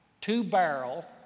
two-barrel